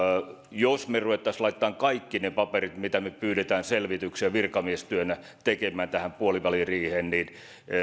jos me ruvettaisiin laittamaan kaikki ne paperit selvitykset jotka me pyydämme virkamiestyönä tekemään tähän puoliväliriiheen niin sitä